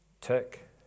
Tick